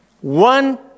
One